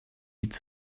eat